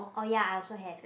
oh ya I also have